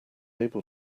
able